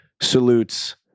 salutes